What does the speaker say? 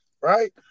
right